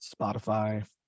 Spotify